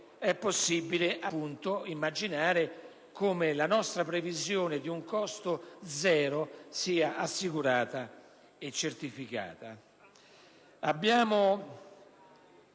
è possibile immaginare come la nostra previsione di un costo zero sia assicurata e certificata.